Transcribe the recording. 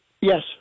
Yes